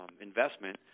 investment